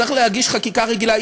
צריך להגיש חקיקה רגילה,